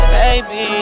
baby